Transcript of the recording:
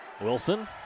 Wilson